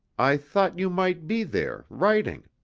i thought you might be there writing.